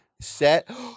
Set